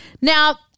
Now